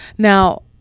Now